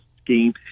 scheme